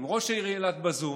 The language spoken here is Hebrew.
עם ראש העיר אילת בזום,